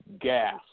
gas